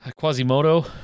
Quasimodo